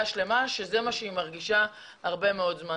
שלמה שזה מה שהיא מרגישה הרבה מאוד זמן.